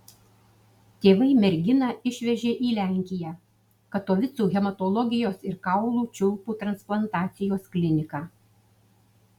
tėvai merginą išvežė į lenkiją katovicų hematologijos ir kaulų čiulpų transplantacijos kliniką